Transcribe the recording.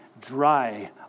dry